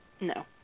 No